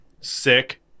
Sick